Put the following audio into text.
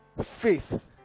faith